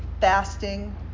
fasting